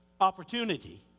opportunity